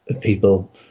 people